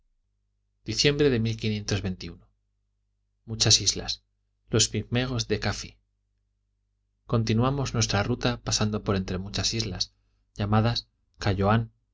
diciembre de muchas islas los pigmeos de cafi continuamos nuestra ruta pasando por entre muchas islas llamadas